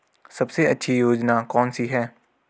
सबसे अच्छी योजना कोनसी है?